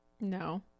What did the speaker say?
No